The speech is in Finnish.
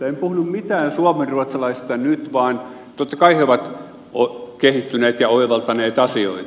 en puhunut mitään suomenruotsalaisista nyt vaan totta kai he ovat kehittyneet ja oivaltaneet asioita